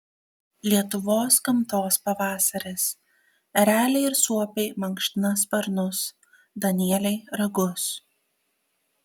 lietuvos gamtos pavasaris ereliai ir suopiai mankština sparnus danieliai ragus